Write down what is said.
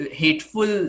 hateful